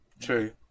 true